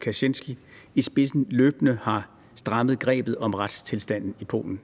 Kaczynski i spidsen løbende har strammet grebet om retstilstanden i Polen.